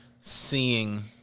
seeing